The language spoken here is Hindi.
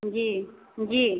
जी जी